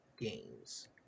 games